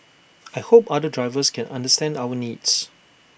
I hope other drivers can understand our needs